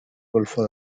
golfo